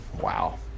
Wow